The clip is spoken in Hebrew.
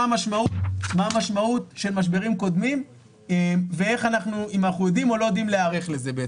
המשמעות של משברים קודמים ואם אנחנו יודעים או לא יודעים להיערך לזה.